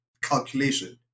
calculation